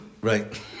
Right